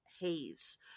haze